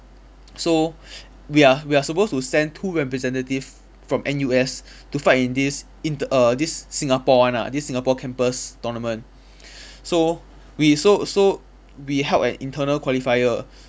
so we are we are supposed to send two representative from N_U_S to fight in this int~ err this singapore one ah this singapore campus tournament so we so so we held an internal qualifier